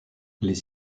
les